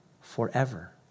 forever